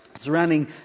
Surrounding